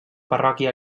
parròquia